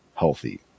healthy